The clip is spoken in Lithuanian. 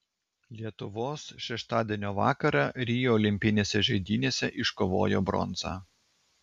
lietuvos šeštadienio vakarą rio olimpinėse žaidynėse iškovojo bronzą